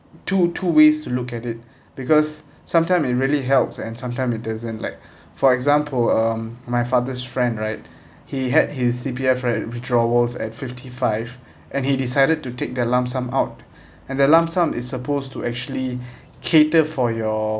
two two ways to look at it because sometime it really helps and sometime it doesn't like for example um my father's friend right he had his C_P_F right withdrawals at fifty five and he decided to take the lump sum out and the lump sum is supposed to actually cater for your